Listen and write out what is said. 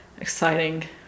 exciting